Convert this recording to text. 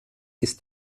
ist